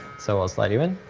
so i'll slide you in.